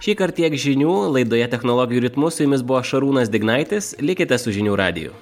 šįkart tiek žinių laidoje technologijų ritmu su jumis buvo šarūnas dignaitis likite su žinių radiju